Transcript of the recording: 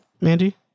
Mandy